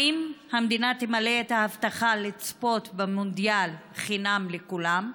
1. האם המדינה תמלא את ההבטחה לצפות במונדיאל חינם לכולם?